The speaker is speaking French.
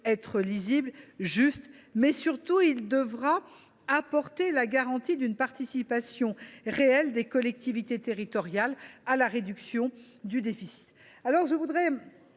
être lisible et juste. Surtout, il lui faudra apporter la garantie d’une participation réelle des collectivités territoriales à la réduction du déficit.